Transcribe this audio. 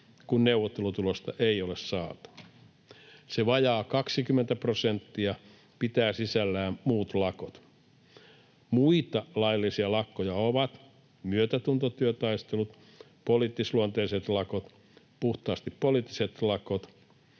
kun neuvottelutulosta ei ole saatu. Se vajaa 20 prosenttia pitää sisällään muut lakot. Muita laillisia lakkoja ovat myötätuntotyötaistelut, poliittisluonteiset lakot, puhtaasti poliittiset lakot